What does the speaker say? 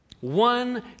One